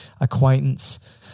acquaintance